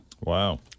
Wow